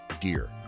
deer